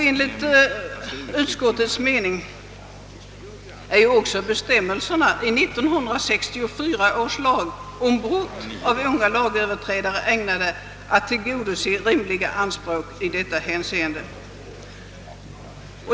Enligt utskottets mening är också bestämmelserna i 1964 års lag om brott av unga lagöverträdare ägnade att tillgodose rimliga anspråk i detta hänseende.